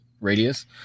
radius